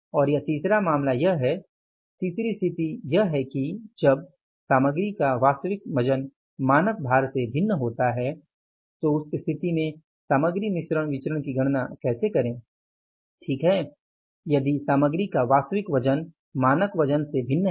और वह तीसरा मामला यह है तीसरी स्थिति यह है कि जब सामग्री का वास्तविक वजन मानक भार से भिन्न होता है तो उस स्थिति में सामग्री मिश्रण विचरण की गणना कैसे करें ठीक है यदि सामग्री का वास्तविक वजन मानक वजन से भिन्न है